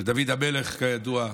ודוד המלך, כידוע,